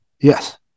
Yes